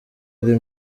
ari